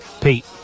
Pete